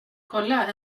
kolla